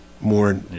more